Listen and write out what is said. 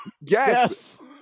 Yes